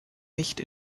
nicht